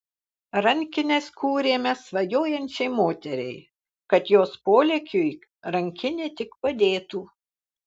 rankines kūrėme svajojančiai moteriai kad jos polėkiui rankinė tik padėtų